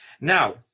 Now